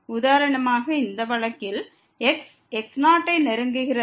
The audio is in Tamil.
உதாரணமாக இந்த வழக்கில் x x0 ஐ நெருங்குகிறது